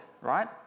right